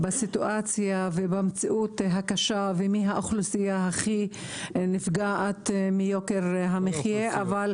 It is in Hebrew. בסיטואציה ובמציאות הקשה ומי האוכלוסייה הכי נפגעת מיוקר המחיה.